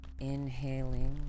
Inhaling